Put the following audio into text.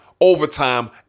Overtime